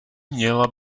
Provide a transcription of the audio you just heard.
měla